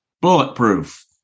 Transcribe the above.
bulletproof